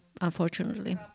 unfortunately